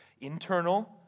internal